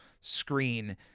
screen